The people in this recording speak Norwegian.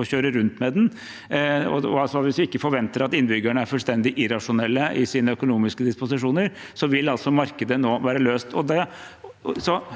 å kjøre rundt med den – hvis vi ikke forventer at innbyggerne er fullstendig irrasjonelle i sine økonomiske disposisjoner – vil altså markedet nå være løst.